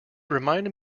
reminded